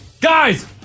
Guys